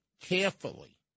carefully